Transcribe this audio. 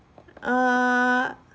err